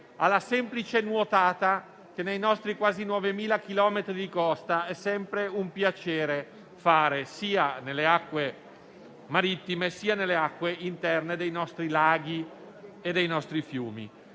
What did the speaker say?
alla semplice nuotata che nei nostri quasi 9.000 chilometri di costa è sempre un piacere fare, sia nelle acque marittime, sia nelle acque interne dei nostri laghi e dei nostri fiumi.